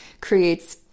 creates